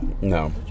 no